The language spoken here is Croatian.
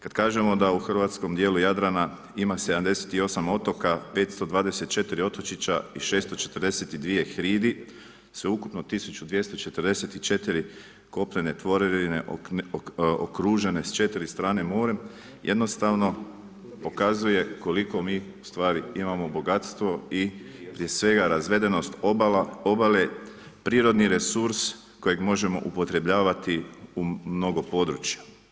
Kad kažemo da u hrvatskom dijelu Jadrana ima 78 otoka, 524 otočića i 642 hridi sveukupno 1244 kopnene tvorevine okružene četiri strane morem jednostavno pokazuje koliko mi u stvari mi imamo bogatstvo i prije svega razvedenost obale, prirodni resurs kojega možemo upotrebljavati u mnogo područja.